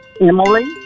Emily